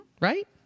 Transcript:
Right